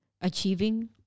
achieving